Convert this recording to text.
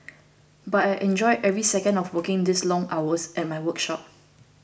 but I enjoy every second of working these long hours at my workshop